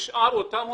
נשאר אותן הוצאות,